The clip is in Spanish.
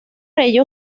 ello